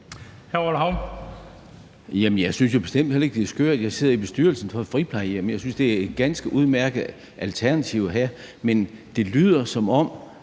jeg synes da bestemt heller ikke, det er skørt. Jeg sidder i bestyrelsen for et friplejehjem, og jeg synes, det er et ganske udmærket alternativ at have. Men det lyder, som om,